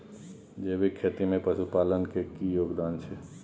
जैविक खेती में पशुपालन के की योगदान छै?